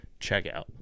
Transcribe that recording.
checkout